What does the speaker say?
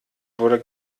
wurde